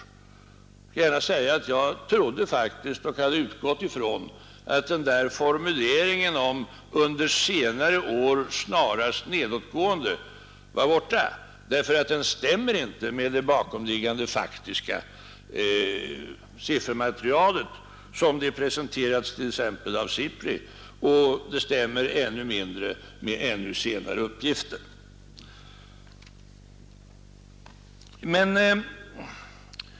Jag vill gärna säga att jag faktiskt trodde — och hade utgått ifrån — att formuleringen ”under senare år snarast nedåtgående” blivit borttagen, därför att den inte stämmer med det bakomliggande faktiska siffermaterialet såsom det presenterats t.ex. av SIPRI, och det stämmer ännu mindre med senare uppgifter.